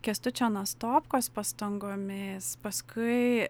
kęstučio nastopkos pastangomis paskui